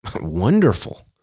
Wonderful